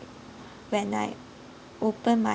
when I open my